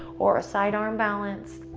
or a side arm balance,